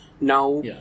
Now